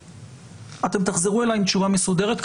אתם תחזרו אלי עם תשובה מסודרת.